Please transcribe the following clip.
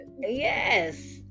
Yes